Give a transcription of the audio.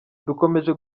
dukomeje